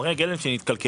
חומרי גלם שהתקלקלו,